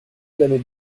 l’année